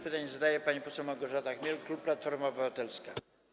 Pytanie zadaje pani poseł Małgorzata Chmiel, klub Platforma Obywatelska.